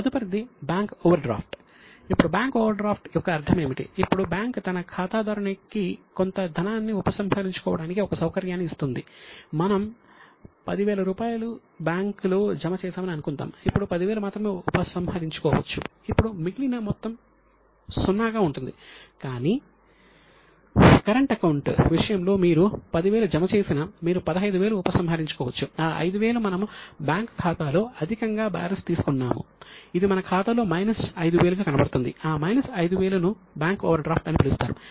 తదుపరిది bank overdraft విషయంలో మీరు 10000 జమ చేసినా మీరు 15000 ఉపసంహరించుకోవచ్చు ఆ 5000 మనము బ్యాంకు ఖాతాలో అధికంగా బ్యాలెన్స్ తీసుకున్నాము ఇది మన ఖాతాలో మైనస్ 5000 గా కనిపిస్తుంది ఆ మైనస్ 5000 ను బ్యాంక్ ఓవర్డ్రాఫ్ట్ అని పిలుస్తారు